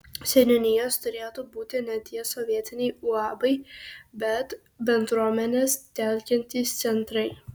seniūnijos turėtų būti ne tie sovietiniai uabai bet bendruomenes telkiantys centrai